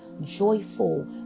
joyful